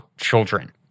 children